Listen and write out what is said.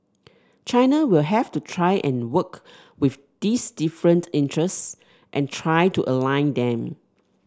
China will have to try and work with these different interests and try to align them